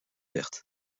verte